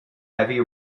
heavy